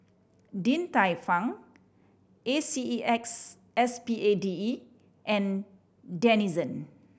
Din Tai Fung A C E X S P A D E and Denizen